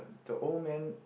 the old man